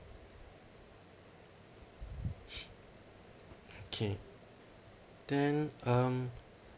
okay then um